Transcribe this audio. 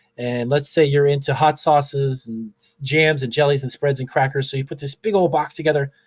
and let's say you're into hot sauces, and jams, and jellies, and spreads, and crackers, so you put this big ole box together.